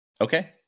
Okay